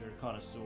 connoisseur